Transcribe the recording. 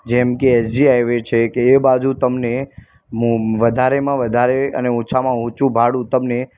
જેમ કે S G highway છે કે એ બાજુ તમને મોં વધારેમાં વધારે અને ઓછામાં ઓછું ભાડું તમને